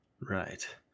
Right